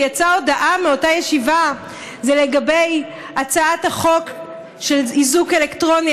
יצאה הודעה מאותה ישיבה לגבי הצעת החוק של איזוק אלקטרוני,